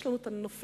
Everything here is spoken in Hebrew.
יש לנו את הנופים,